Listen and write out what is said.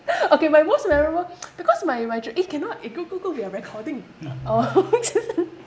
okay my most memorable because my my eh cannot you go go go we are recording